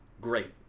great